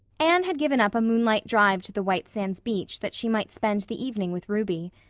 anne had given up a moonlight drive to the white sands beach that she might spend the evening with ruby.